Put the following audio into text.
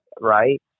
right